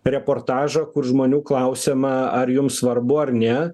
reportažą kur žmonių klausiama ar jums svarbu ar ne